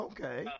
Okay